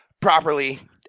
properly